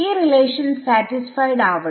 ഈ relation satisfied ആവണം